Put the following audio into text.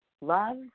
Love